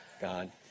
God